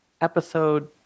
episode